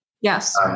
Yes